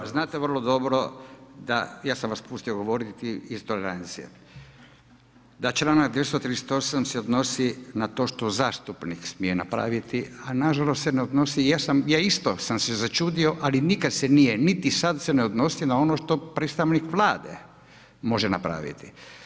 Znate vrlo dobro da, ja sam vas pustio govoriti iz tolerancije, da čl. 238. se odnosi na to što zastupnik smije napraviti, a nažalost se ne odnosi, ja isto sam se začudio, ali nikad se nije niti sad se ne odnosi na ono što predstavnik Vlade može napraviti.